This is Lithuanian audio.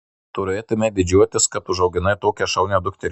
turėtumei didžiuotis kad užauginai tokią šaunią dukterį